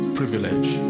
privilege